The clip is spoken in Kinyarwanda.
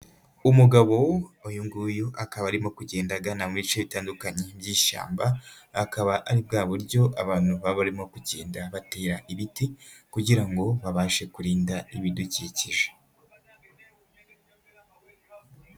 Umugabo uyu nguyu akaba arimo kugenda agana mu bice bitandukanye by'ishyamba, akaba ari bwa buryo abantu babamo kugenda batera ibiti kugira ngo babashe kurinda ibidukikije.